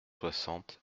soixante